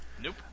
Nope